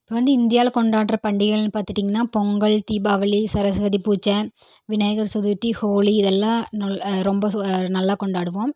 இப்போ வந்து இந்தியாவில் கொண்டாடுற பண்டிகைகள் பார்த்துட்டிங்கனா பொங்கல் தீபாவளி சரஸ்வதி பூஜை விநாயகர் சதுர்த்தி ஹோலி இதெல்லாம் நல் ரொம்ப சு நல்லா கொண்டாடுவோம்